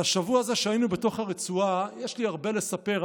על השבוע הזה שהיינו בתוך הרצועה יש לי הרבה לספר,